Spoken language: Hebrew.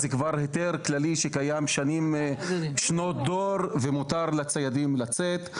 זה כבר היתר כללי שקיים שנות דור ומותר לציידים לצאת.